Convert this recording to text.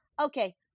okay